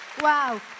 Wow